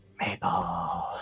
Maple